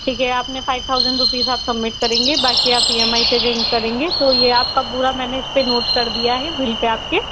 ठीक है आपने फाइव थाउज़ेन रुपीज़ आप सबमिट करेंगे बाकि आप ई एम आई पे रेंट करेंगे तो ये आपका पूरा मैंने इसपे नोट कर दिया है बिल पे आपके